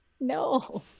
no